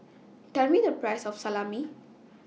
Tell Me The Price of Salami